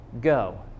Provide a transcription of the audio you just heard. Go